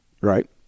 Right